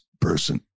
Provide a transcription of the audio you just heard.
person